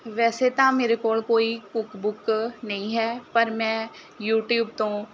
ਵੈਸੇ ਤਾਂ ਮੇਰੇ ਕੋਲ ਕੋਈ ਕੁੱਕ ਬੁੱਕ ਨਹੀਂ ਹੈ ਪਰ ਮੈਂ ਯੂਟਿਊਬ ਤੋਂ